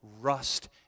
rust